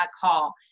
call